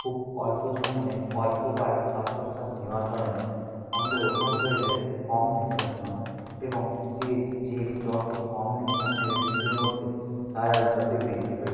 খুব অল্প সময়ে অল্প বার শ্বাস প্রশ্বাস নেওয়ার কারণে আমাদের অভ্যাস হয়ে যায় কম নিশ্বাস নেওয়ার এবং যে জীব যতো কম নিশ্বাস নেবে পৃথিবীর মধ্যে তার আয়ু ততই বৃদ্ধি পায়